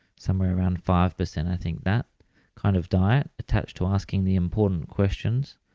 somewhere around five but and i think that kind of diet attached to asking the important questions,